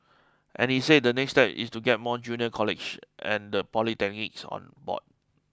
and he says the next step is to get more junior colleges and the polytechnics on board